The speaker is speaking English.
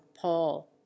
paul